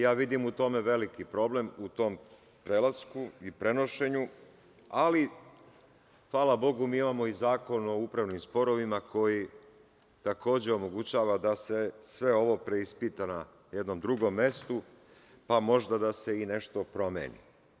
Ja vidim u tom prelasku veliki problem, ali hvala Bogu, mi imamo i Zakon o upravnim sporovima koji takođe omogućava da se sve ovo preispita na jednom drugom mestu, pa možda da se i nešto promeni.